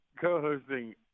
co-hosting